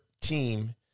team